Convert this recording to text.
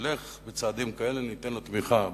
נלך בצעדים כאלה וניתן לו תמיכה,